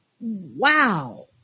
Wow